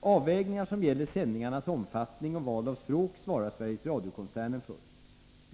Avvägningar som gäller sändningarnas omfattning och val av språk svarar Sveriges Radio-koncernen för.